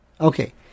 Okay